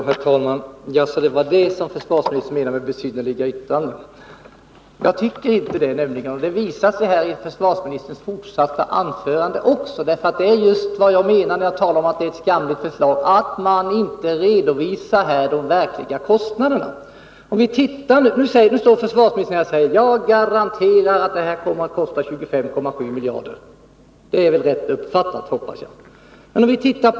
Herr talman! Jaså, det var det som försvarsministern menade med ”besynnerliga yttranden”! I försvarsministerns fortsatta anförande visade det sig på nytt att man här inte redovisar de verkliga kostnaderna, och det är just det jag menar med att det här är ett skamligt förslag. Försvarsministern sade att han garanterar att det kommer att kosta 25,7 miljarder — det är väl rätt uppfattat, hoppas jag?